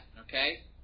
okay